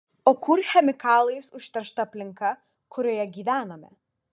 o kur chemikalais užteršta aplinka kurioje gyvename